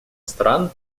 стран